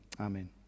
Amen